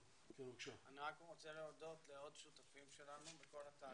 אני רוצה להודות לעוד שותפים שלנו בכל התהליך.